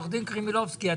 עו"ד קרימלובסקי,